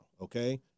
okay